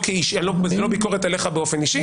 לא ביקורת עליך באופן אישי.